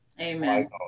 Amen